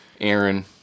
Aaron